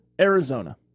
Arizona